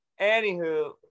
Anywho